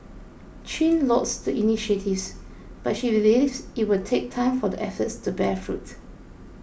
Chin lauds the initiatives but she believes it will take time for the efforts to bear fruit